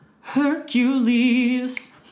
Hercules